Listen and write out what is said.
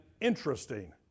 interesting